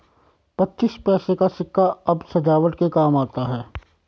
पच्चीस पैसे का सिक्का अब सजावट के काम आता है